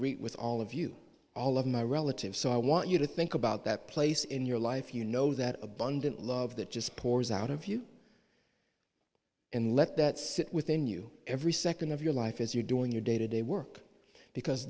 greet with all of you all of my relatives so i want you to think about that place in your life you know that abundant love that just pours out of you and let that sit within you every second of your life as you're doing your day to day work because